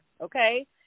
okay